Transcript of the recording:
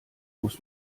muss